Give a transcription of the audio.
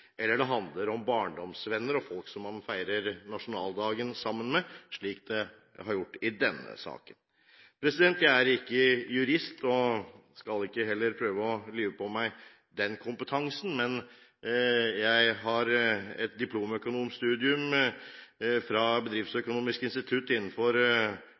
eller det handler om barndomsvenner og folk man feirer nasjonaldagen sammen med, slik det har dreid seg om i denne saken. Jeg er ikke jurist og skal heller ikke lyve på meg den kompetansen, men jeg har et diplomøkonomstudium fra Bedriftsøkonomisk Institutt innenfor